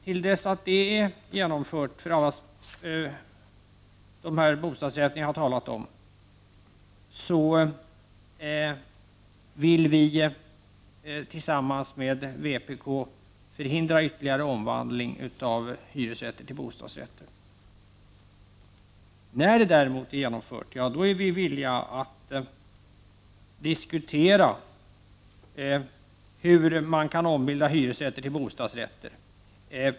Till dess att detta är genomfört i fråga om de bostadsrätter jag har talat om vill vi tillsammans med vpk förhindra ytterligare omvandling av hyresrätter till bostadsrätter. När förslaget däremot är genomfört, är vi villiga att diskutera hur man på ett mer flexibelt sätt än vad som är möjligt i dag skall kunna ombilda hyresrätter till bostadsrätter.